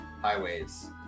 highways